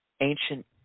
ancient